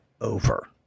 over